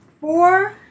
four